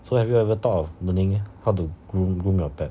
so have you ever thought of learning how to groom groom your pet